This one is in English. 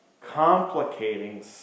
complicating